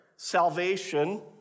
salvation